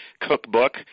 cookbook